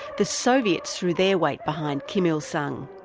the soviets threw their weight behind kim il-sung.